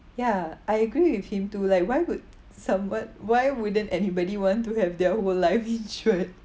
ya I agree with him to like why would someone why wouldn't anybody want to have their whole life insured